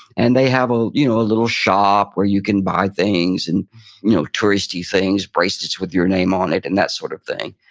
and they have, ah you know, a little shop where you can buy things, and you know touristy things, bracelets with your name on it and that sort of thing.